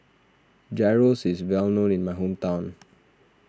Gyros is well known in my hometown